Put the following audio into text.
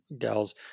gals